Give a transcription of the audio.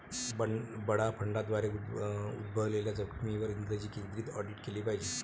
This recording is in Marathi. बडा फंडांद्वारे उद्भवलेल्या जोखमींवर इंग्रजी केंद्रित ऑडिट केले पाहिजे